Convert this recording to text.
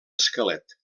esquelet